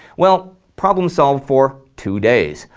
well, problem solved for two days.